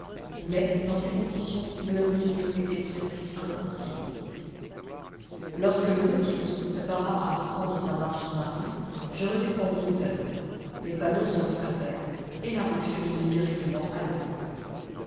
mais dans ces conditions leur usure était presque insensible lorsque le nautilus se prépara à reprendre sa marche sous-marine je redescendis au salon les panneaux se refermèrent et la route fut donnée directement à l'ouest